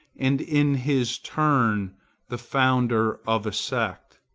and in his turn the founder of a sect.